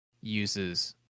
uses